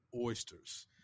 oysters